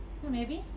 hmm maybe